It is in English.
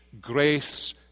grace